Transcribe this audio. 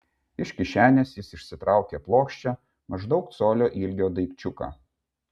iš kišenės jis išsitraukė plokščią maždaug colio ilgio daikčiuką